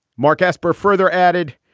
mark esper further added,